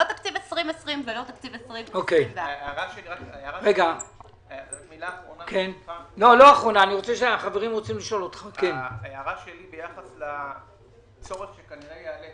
לא תקציב 2020 ולא תקציב 2021. ההערה שלי ביחס לצורך שיעלה,